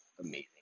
amazing